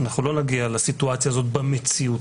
אנחנו לא נגיע לסיטואציה הזו במציאות.